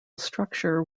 structure